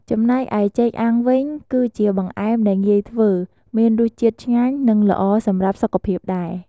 ចំណែកឯចេកអាំងវិញ គឺជាបង្អែមដែលងាយធ្វើ មានរសជាតិឆ្ងាញ់ និងល្អសម្រាប់សុខភាពដែរ។